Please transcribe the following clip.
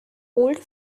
old